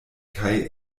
kaj